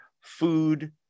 food